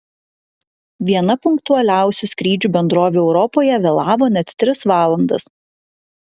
viena punktualiausių skrydžių bendrovių europoje vėlavo net tris valandas